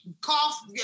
cough